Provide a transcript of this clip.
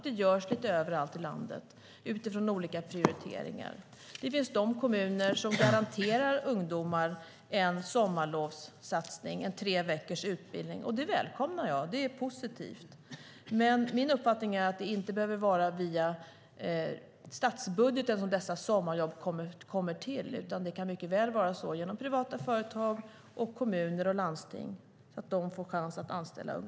Det sker lite överallt i landet utifrån olika prioriteringar. Det finns de kommuner som garanterar ungdomar en sommarlovssatsning, en treveckors utbildning. Det välkomnar jag. Det är positivt. Men min uppfattning är att det inte behöver vara via statsbudgeten som dessa sommarjobb skapas utan att de kan skapas via privata företag, kommuner och landsting.